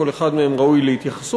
כל אחד מהם ראוי להתייחסות,